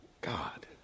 God